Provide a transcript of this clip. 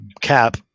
cap